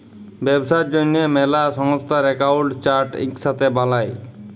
ব্যবসার জ্যনহে ম্যালা সংস্থার একাউল্ট চার্ট ইকসাথে বালায়